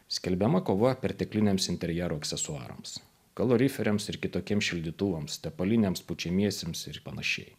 skelbiama kova pertekliniams interjero aksesuarams kaloriferiams ir kitokiems šildytuvams tepalinėms pučiamiesiems ir panašiai